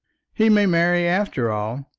he may marry after all,